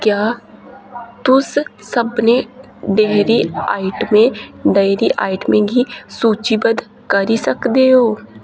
क्या तुस सभनें डेह्री आइटमें डेह्री आइटमें गी सूचीबद्ध करी सकदे ओ